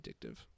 addictive